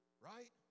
right